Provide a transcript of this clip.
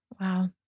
Wow